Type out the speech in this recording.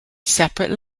separate